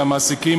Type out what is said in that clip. של המעסיקים,